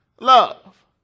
love